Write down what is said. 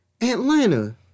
Atlanta